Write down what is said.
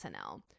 SNL